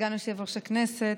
סגן יושב-ראש הכנסת.